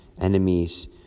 enemies